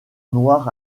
noir